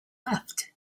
left